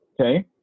Okay